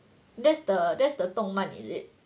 that's the that's the 动漫 is it